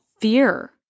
fear